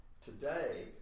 today